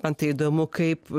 man tai įdomu kaip